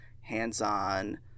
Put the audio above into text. hands-on